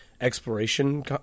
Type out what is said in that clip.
exploration